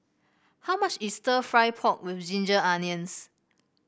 how much is stir fry pork with Ginger Onions